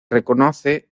reconoce